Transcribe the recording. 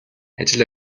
ажил